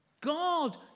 God